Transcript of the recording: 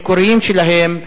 המקוריים שלהם ברחביה,